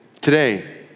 today